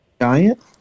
Giant